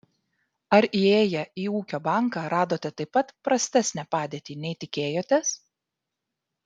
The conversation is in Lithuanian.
ar įėję į ūkio banką radote taip pat prastesnę padėtį nei tikėjotės